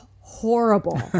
horrible